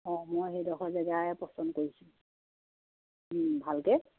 অঁ মই সেইডোখৰ জেগাই পচন্দ কৰিছোঁ ভালকে